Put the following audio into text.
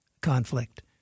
conflict